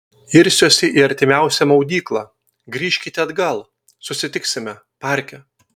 irsiuosi į artimiausią maudyklą grįžkite atgal susitiksime parke